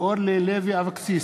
אורלי לוי אבקסיס,